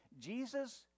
Jesus